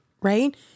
right